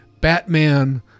Batman